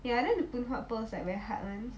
ya and then the Phoon Huat pearls like very hard [one]